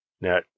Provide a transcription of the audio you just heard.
Now